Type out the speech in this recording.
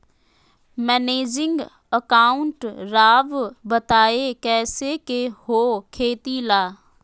Managing account राव बताएं कैसे के हो खेती ला?